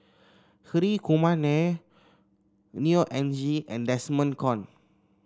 Hri Kumar Nair Neo Anngee and Desmond Kon